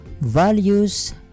values